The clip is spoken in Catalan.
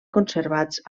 conservats